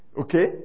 Okay